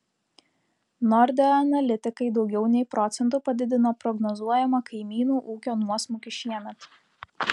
nordea analitikai daugiau nei procentu padidino prognozuojamą kaimynų ūkio nuosmukį šiemet